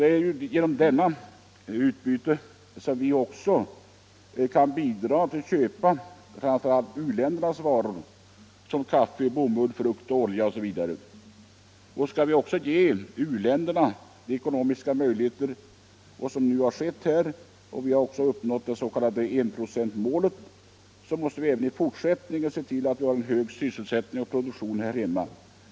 Det är genom denna vår export som vi kan köpa framför allt u-ländernas varor, såsom kaffe, bomull, frukt, olja osv. Skall vi kunna ge u-länderna ökade ekonomiska bidrag — något som f. ö. också har skett genom att vi har uppnått enprocentsmålet — måste vi även i fortsättningen se till att vi har en hög sysselsättning och produktion.